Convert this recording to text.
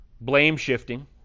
Blame-shifting